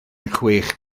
chwech